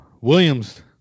Williams